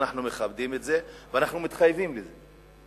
ואנחנו מכבדים את זה ואנחנו מתחייבים לזה.